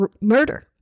murder